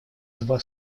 два